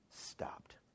stopped